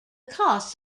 costs